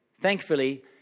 thankfully